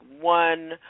one